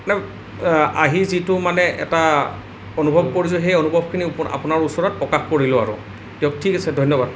আহি যিটো মানে এটা অনুভৱ কৰিছোঁ সেই অনুভৱখিনি আপোনাৰ ওচৰত প্ৰকাশ কৰিলোঁ আৰু দিয়ক ঠিক আছে ধন্যবাদ